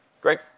Great